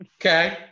Okay